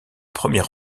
premier